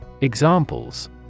Examples